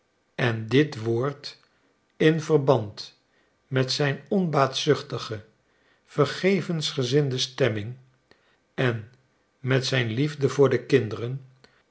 en dit woord in verband met zijn onbaatzuchtige vergevensgezinde stemming en met zijn liefde voor de kinderen